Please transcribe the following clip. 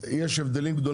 יש הבדלים גדולים.